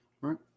Right